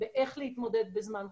באיך להתמודד בזמן חירום.